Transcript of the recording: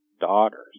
daughters